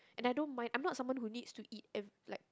and I don't mind I'm not someone who needs to eat ev~ like